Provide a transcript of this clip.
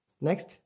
Next